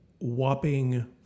Whopping